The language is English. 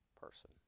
person